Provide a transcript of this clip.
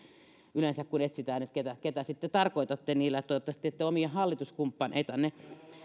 yleensä kun etsitään ketä sitten tarkoitatte niillä toivottavasti ette omia hallituskumppaneitanne